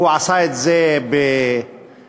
הוא עשה את זה לא בשמחה,